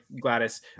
Gladys